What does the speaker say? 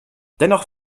dennoch